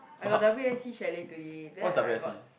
I got r_s_c chalet today then I I got